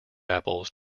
apples